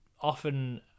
Often